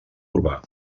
urbà